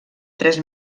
tres